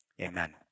Amen